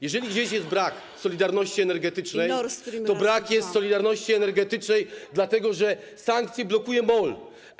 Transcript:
Jeżeli gdzieś jest brak solidarności energetycznej, to brak jest solidarności energetycznej dlatego, że sankcje blokuje MOL.